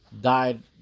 died